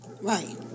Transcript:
right